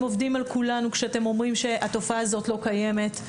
שאתם עובדים על כולנו כשאתם אומרים שהתופעה הזאת לא קיימת.